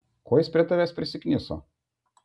ko jis prie tavęs prisikniso